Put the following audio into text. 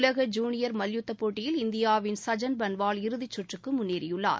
உலக ஜூனியர் மல்யுத்தப் போட்டியில் இந்தியாவின் சஐன் பன்வால் இறுதிசுற்றுக்குமுன்னேறியுள்ளார்